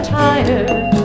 tired